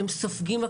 הם סופגים הכל,